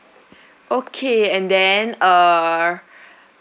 okay and then uh